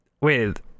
wait